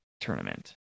tournament